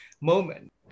moment